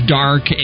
dark